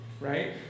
right